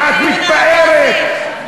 ואת מתפארת,